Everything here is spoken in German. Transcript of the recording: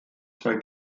zwei